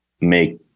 make